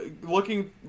looking